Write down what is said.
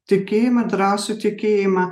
tikėjimą drąsų tikėjimą